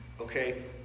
okay